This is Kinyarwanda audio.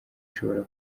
ishobora